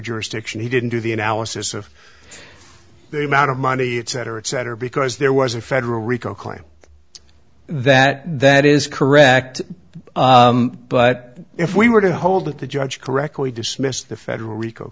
jurisdiction he didn't do the analysis of the amount of money etc etc because there was a federal rico claim that that is correct but if we were to hold it the judge correctly dismissed the federal rico